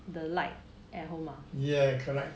yeah correct